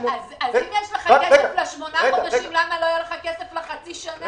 יש לך כסף לשמונה חודשים למה לא יהיה לך כסף לחצי שנה?